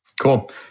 Cool